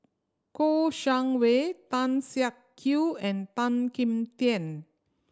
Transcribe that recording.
Kouo Shang Wei Tan Siak Kew and Tan Kim Tian